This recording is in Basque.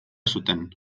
zuten